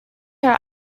are